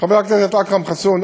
חבר הכנסת אכרם חסון,